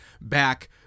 back